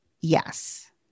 Yes